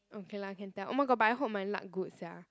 okay lah can tell oh my god but I hope my luck good sia